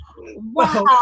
Wow